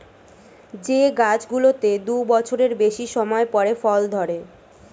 যে গাছগুলোতে দু বছরের বেশি সময় পরে ফল ধরে